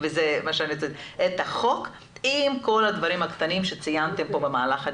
עם כל הדברים הקטנים שציינתם פה במהלך הדיון.